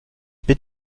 bit